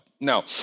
Now